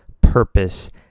purpose